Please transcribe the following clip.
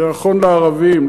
זה נכון לערבים,